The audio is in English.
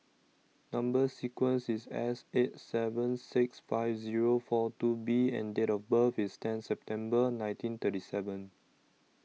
Number sequence IS S eight seven six five Zero four two B and Date of birth IS ten September nineteen thirty seven